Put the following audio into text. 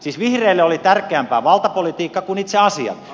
siis vihreille oli tärkeämpää valtapolitiikka kuin itse asia